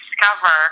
discover